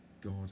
God